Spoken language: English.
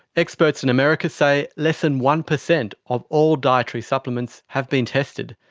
experts in america say less than one percent of all dietary supplements have been tested.